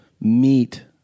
meet